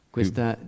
Questa